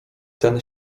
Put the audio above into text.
ten